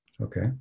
Okay